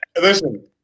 listen